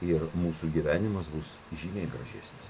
ir mūsų gyvenimas bus žymiai gražesnis